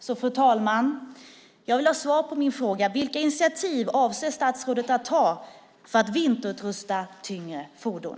Jag vill därför, fru talman, ha svar på min fråga: Vilka initiativ avser statsrådet att ta för att vinterutrusta tyngre fordon?